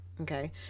okay